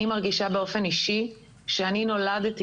אני באופן אישי מרגישה שאני נולדתי